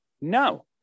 No